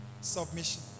submission